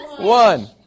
one